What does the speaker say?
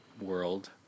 world